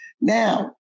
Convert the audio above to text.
Now